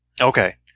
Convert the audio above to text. Okay